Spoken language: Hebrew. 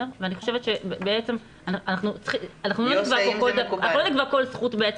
אנחנו לא נקבע כל זכות.